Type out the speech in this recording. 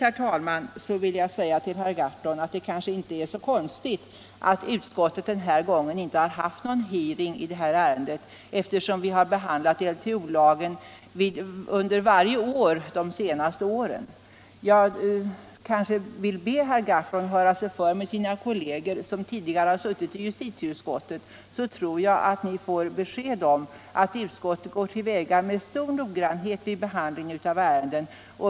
herr talman, vill jag säga till herr Gahrton att det kanske inte är så konstigt att utskottet den här gången inte haft någon hearing i detta ärende, eftersom vi har behandlat LTO varje år under de senaste åren. Jag vill be herr Gahrton att höra sig för med sina kolleger, som tidigare har suttit i justitieutskottet. Då tror jag att han får besked om att utskottet går till väga med stor noggrannhet vid behandlingen av ärenden.